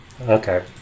Okay